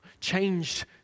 changed